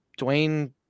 Dwayne